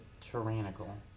tyrannical